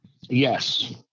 Yes